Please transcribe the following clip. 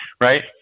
right